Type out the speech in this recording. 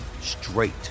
straight